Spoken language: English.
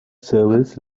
service